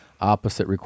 opposite